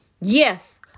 Yes